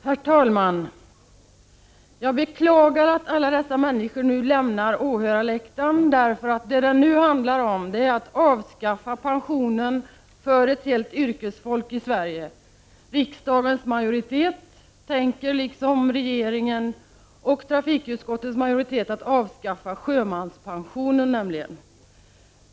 Herr talman! Jag beklagar att alla dessa människor lämnar åhörarläktaren, därför att vad det nu handlar om är att avskaffa pensionen för ett helt yrkesfolk i Sverige. Riksdagens majoritet tänker nämligen, liksom regeringen och trafikutskottets majoritet, avskaffa sjömanspensionen.